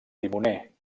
timoner